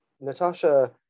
natasha